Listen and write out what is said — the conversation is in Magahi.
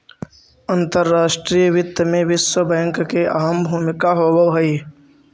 अंतर्राष्ट्रीय वित्त में विश्व बैंक की अहम भूमिका होवअ हई